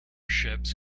ships